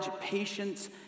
patience